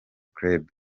club